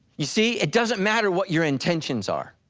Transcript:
you see it doesn't matter what your intentions are.